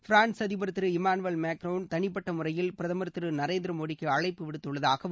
France அதிபர் திரு Emmanuel Macron தனிப்பட்ட முறையில் பிரதமர் திரு நரேந்திர மோடிக்கு அளழப்பு விடுத்துள்ளதாகவும்